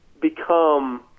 become –